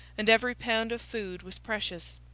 and every pound of food was precious.